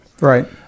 Right